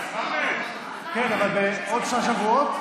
כן, אבל בעוד שלושה שבועות?